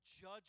judge